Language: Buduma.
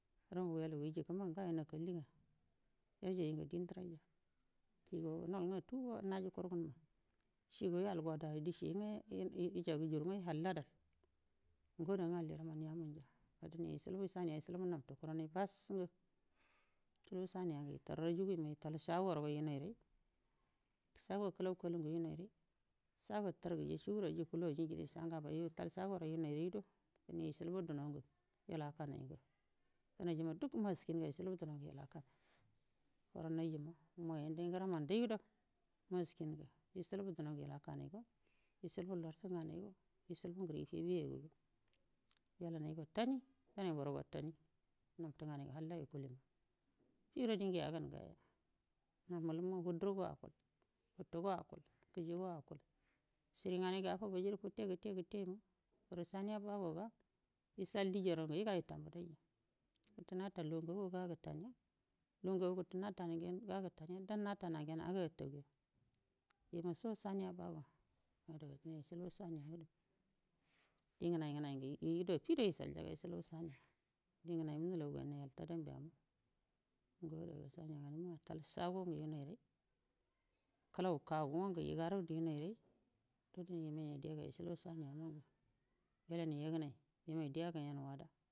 Durrange wellamu ngayo nakalliga ya jairi dindirayya yugo affiguda najiraiya yu go yijaini ngo ada dinge alliramma adam ma dege cilbu saniya yo saniyane gital rajinge shagongeri yinaire shago kulai kaluyen shagon tangaje fuwu ngrage yital shagoro yunai yen dunnonge dunoi duk maskinga dirnalgo lakka moyenge ngrammayengo maskin ankanaigo wucibu larte naigo lailbu gir ciu ye yu wellanega tani danai goro tani nafte ngami halla yukul na mahilno ruin dur go akul kijigo acul siriganai gatti aftagega kettea ketteri hiri saniya bowoga ykal diyyaronge yical diyyaro natat ge gu gan yitalge lugu gan yitai nga gan yital dam tanauyen gan bataige lugu co daniya bawo ya yucobuk saniya ga yi ngenai ngenai yagudo yicall di ngenaiyen kal shagonge kal saruyamangiya dirran yegenci.